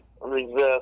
resist